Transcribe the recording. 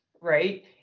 right